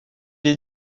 est